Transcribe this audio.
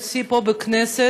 בעד,